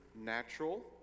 natural